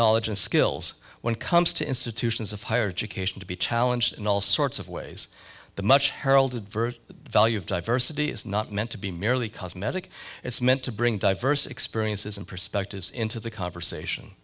knowledge and skills when it comes to institutions of higher education to be challenged in all sorts of ways the much heralded virtue the value of diversity is not meant to be merely cosmetic it's meant to bring diverse experiences and perspectives into the conversation